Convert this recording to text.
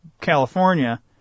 California